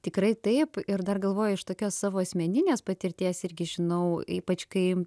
tikrai taip ir dar galvoja iš tokios savo asmeninės patirties irgi žinau ypač kai